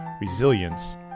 resilience